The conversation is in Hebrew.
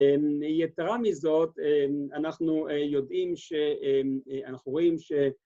‫יתרה מזאת, אנחנו יודעים שאנחנו רואים ש...